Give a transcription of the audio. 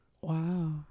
Wow